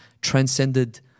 transcended